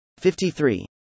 53